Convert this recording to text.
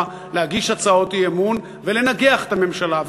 להגיש הצעות אי-אמון ולנגח את הממשלה.